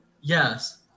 Yes